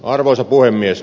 arvoisa puhemies